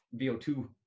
VO2